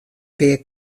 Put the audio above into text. pear